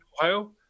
Ohio